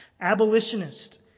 abolitionist